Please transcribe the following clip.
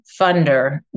funder